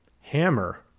Hammer